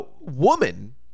woman